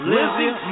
Lizzie